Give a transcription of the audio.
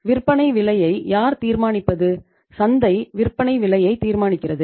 விற்பனை விலையை யார் தீர்மானிப்பது சந்தை விற்பனை விலையை தீர்மானிக்கிறது